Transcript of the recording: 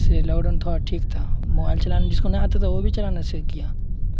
اس لیے lockdown تھوڑا ٹھیک تھا موبائل چلانا جس کو نہیں آتا تھا وہ بھی چلانا سیکھ گیا